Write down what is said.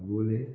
गुळे